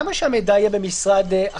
כל הדברים האלה: למה שהמידע יהיה במשרד אחר?